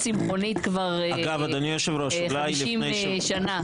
אני צמחונית כבר 50 שנה.